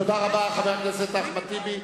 תודה רבה, חבר הכנסת אחמד טיבי.